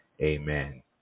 Amen